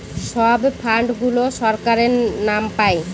সব ফান্ড গুলো সরকারের নাম পাই